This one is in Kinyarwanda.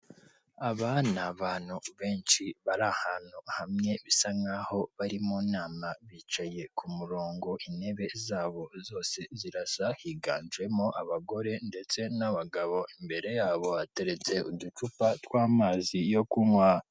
Aba ni abantu benshi bari ahantu hamwe bisa nk'aho bari mu nama. Bicaye ku murongo intebe zabo zose zirasa, higanjemo abagore ndetse n'abagabo; imbere yabo hateretse uducupa tw'amazi yo kunywa.